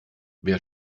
wer